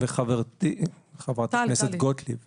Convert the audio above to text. וחברתי חברת הכנסת גוטליב -- טלי,